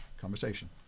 conversation